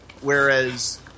whereas